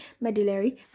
medullary